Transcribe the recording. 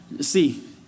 see